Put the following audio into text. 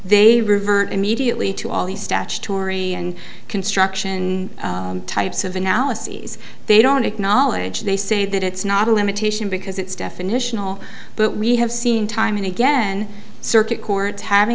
they revert immediately to all the statutory and construction types of analyses they don't acknowledge they say that it's not a limitation because it's definitional but we have seen time and again circuit courts having